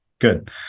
Good